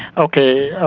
ok,